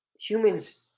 humans